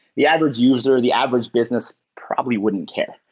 the average user, the average business probably wouldn't care.